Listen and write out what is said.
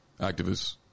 Activists